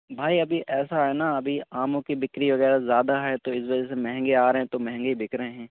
بھائی ابھی ایسا ہے نا ابھی آموں کی بکری وغیرہ زیادہ ہے تو اس وجہ سے مہنگے آ رہے ہیں تو مہنگے ہی بک رہے ہیں